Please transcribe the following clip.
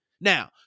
Now